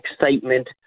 excitement